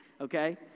okay